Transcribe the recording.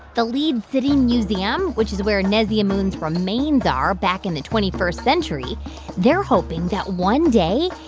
the leeds city museum, which is where nesyamun's remains are back in the twenty first century they're hoping that one day,